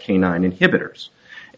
canine inhibitors